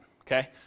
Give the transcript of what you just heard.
Okay